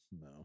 no